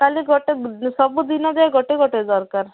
କାଲି ଗୋଟେ ସବୁଦିନ ଯେ ଗୋଟେ ଗୋଟେ ଦରକାର